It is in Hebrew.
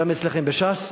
גם אצלכם בש"ס,